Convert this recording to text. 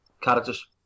characters